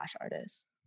artist